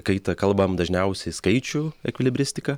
kaitą kalbam dažniausiai skaičių ekvilibristika